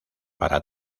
para